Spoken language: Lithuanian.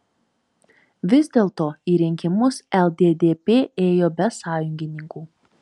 vis dėlto į rinkimus lddp ėjo be sąjungininkų